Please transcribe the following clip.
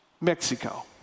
Mexico